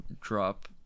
drop